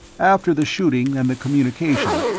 after the shooting and the communication,